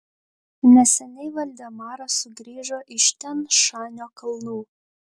neseniai valdemaras sugrįžo iš tian šanio kalnų